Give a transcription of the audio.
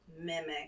mimic